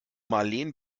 marleen